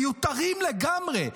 מיותרים לגמרי.